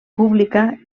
pública